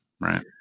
right